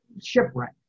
shipwreck